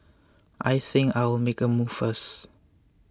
I think I'll make a move first